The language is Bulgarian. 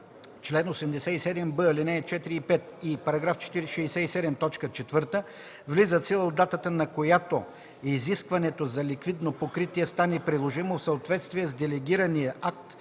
чл. 87б, ал. 4 и 5, и § 67, т. 4 влизат в сила от датата, на която изискването за ликвидно покритие стане приложимо в съответствие с делегирания акт,